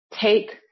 take